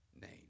name